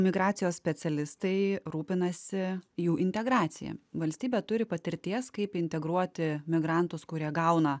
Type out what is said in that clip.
migracijos specialistai rūpinasi jų integracija valstybė turi patirties kaip integruoti migrantus kurie gauna